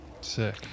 sick